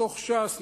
בתוך ש"ס,